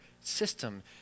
system